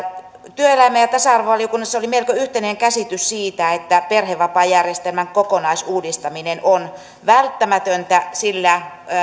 työelämä ja tasa arvovaliokunnassa oli melko yhtenäinen käsitys siitä että perhevapaajärjestelmän kokonaisuudistaminen on välttämätöntä sillä